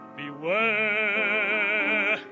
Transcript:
beware